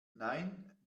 nein